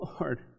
Lord